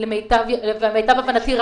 למיטב הבנתי,